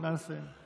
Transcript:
נא לסיים.